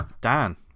Dan